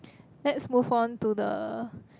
let's move on to the